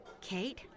Kate